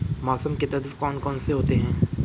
मौसम के तत्व कौन कौन से होते हैं?